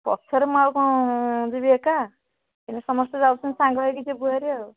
ପଛରେ ମୁଁ ଆଉ କ'ଣ ଯିବି ଏକା ଏଇନା ସମସ୍ତେ ଯାଉଛନ୍ତି ସାଙ୍ଗ ହେଇକି ଯିବୁ ହେରି ଆଉ